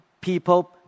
people